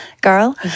girl